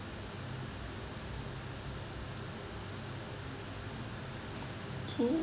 K